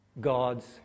God's